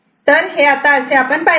तर हे असे आपण पाहिले